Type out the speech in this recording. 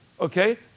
okay